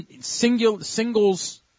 singles